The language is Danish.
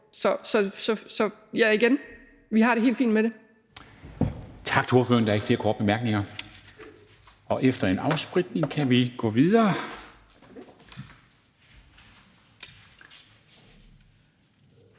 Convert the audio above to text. Så igen: Vi har det helt fint med det.